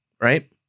right